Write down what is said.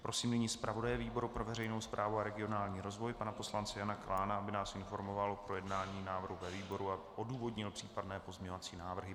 Prosím nyní zpravodaje výboru pro veřejnou správu a regionální rozvoj pana poslance Jana Klána, aby nás informoval o projednání návrhu ve výboru a odůvodnil případné pozměňovací návrhy.